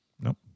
Nope